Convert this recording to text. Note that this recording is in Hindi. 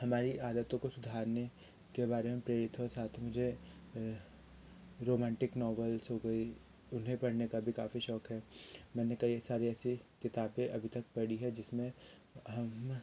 हमारी आदतों को सुधारने के बारे में प्रेरित हो साथ मुझे रोमांटिक नोबल्स हो गई उन्हें पढ़ने का भी काफ़ी शौक है मैं कई सारी ऐसी किताबें अभी तक पढ़ी है जिसमें हम